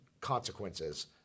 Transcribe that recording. consequences